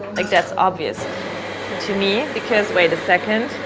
like, that's obvious to me because wait a second